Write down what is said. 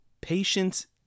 patience